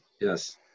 Yes